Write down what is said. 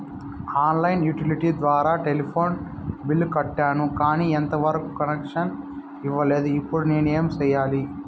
On line utility telephone టెలిఫోన్ బిల్లు కట్టాను, కానీ ఎంత వరకు కనెక్షన్ ఇవ్వలేదు, ఇప్పుడు నేను ఏమి సెయ్యాలి?